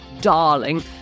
darling